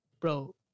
bro